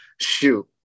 shoot